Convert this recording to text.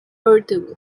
urdu